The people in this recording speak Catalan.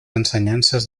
ensenyances